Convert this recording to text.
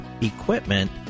equipment